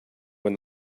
when